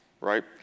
right